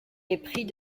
épris